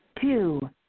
Two